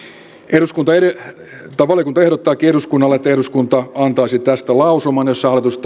valiokunta ehdottaakin eduskunnalle että eduskunta antaisi tästä lausuman jossa